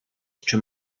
czy